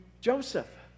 Joseph